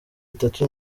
itatu